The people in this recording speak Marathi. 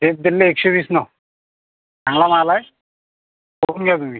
सेब दिले एकशे वीसनं चांगला माल आहे बघून घ्या तुम्ही